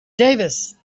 davis